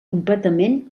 completament